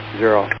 zero